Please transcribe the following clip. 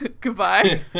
Goodbye